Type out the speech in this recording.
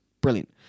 Brilliant